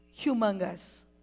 humongous